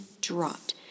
dropped